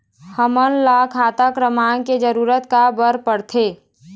हमन ला खाता क्रमांक के जरूरत का बर पड़थे?